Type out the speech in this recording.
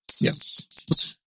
Yes